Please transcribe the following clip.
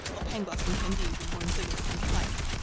while pangloss and candide were borne thither upon a plank.